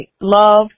love